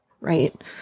right